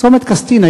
צומת קסטינה.